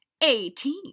Eighteen